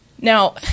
Now